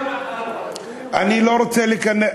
מהרווחים הכלואים רק 4. אני לא רוצה להיכנס,